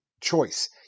choice